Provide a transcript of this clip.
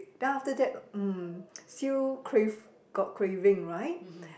then after that mm still crave got craving right